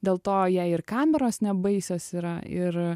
dėl to jai ir kameros nebaisios yra ir